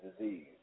disease